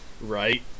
Right